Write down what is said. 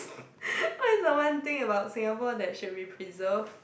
what is the one thing about Singapore that should be preserved